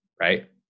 right